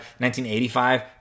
1985